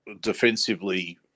defensively